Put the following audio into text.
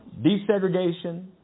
desegregation